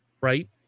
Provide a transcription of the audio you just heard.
right